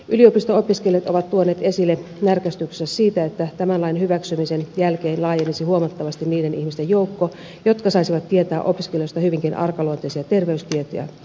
yliopisto opiskelijat ovat tuoneet esille närkästyksensä siitä että tämän lain hyväksymisen jälkeen laajenisi huomattavasti niiden ihmisten joukko jotka saisivat tietää opiskelijoista hyvinkin arkaluonteisia terveystietoja